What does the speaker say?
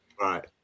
Right